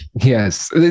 Yes